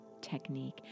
technique